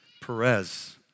Perez